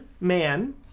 man